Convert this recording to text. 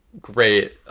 great